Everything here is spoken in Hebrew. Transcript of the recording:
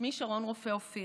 שמי שרון רופא אופיר.